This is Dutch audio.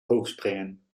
hoogspringen